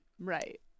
Right